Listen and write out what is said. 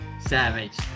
savage